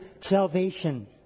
salvation